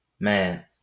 Man